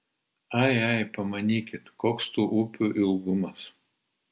ai ai pamanykit koks tų upių ilgumas